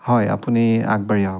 হয় আপুনি আগবাঢ়ি আহক